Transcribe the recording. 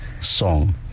song